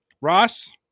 Ross